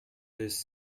this